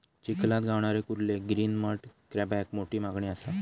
चिखलात गावणारे कुर्ले ग्रीन मड क्रॅबाक मोठी मागणी असा